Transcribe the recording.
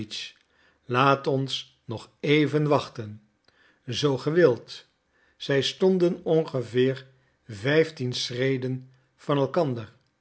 laat ons nog even wachten zooals ge wilt zij stonden ongeveer vijftien schreden van elkander